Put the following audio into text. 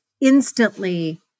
Instantly